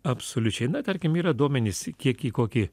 absoliučiai na tarkim yra duomenys kiek į kokį